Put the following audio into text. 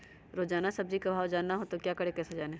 रोजाना सब्जी का भाव जानना हो तो क्या करें कैसे जाने?